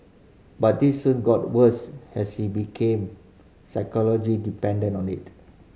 but this soon got worse as he became psychology dependent on it